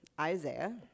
Isaiah